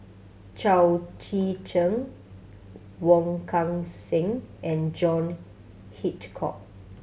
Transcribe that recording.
Chao Tzee Cheng Wong Kan Seng and John Hitchcock